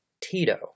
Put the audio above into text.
Tito